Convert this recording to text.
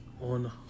on